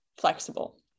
flexible